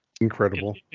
Incredible